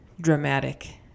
dramatic